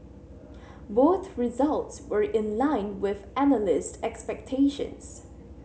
both results were in line with analyst expectations